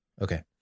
Okay